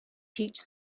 teach